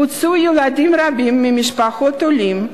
הוצאו ילדים רבים ממשפחות עולים,